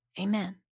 amen